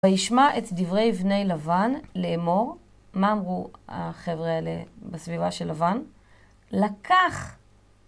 וישמע את דברי בני לבן לאמור מה אמרו החבר'ה האלה בסביבה של לבן לקח